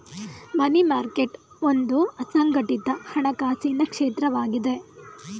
ಮನಿ market ಒಂದು ಅಸಂಘಟಿತ ಹಣಕಾಸಿನ ಕ್ಷೇತ್ರವಾಗಿದೆ